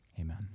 amen